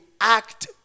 act